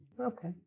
Okay